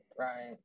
Right